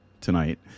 tonight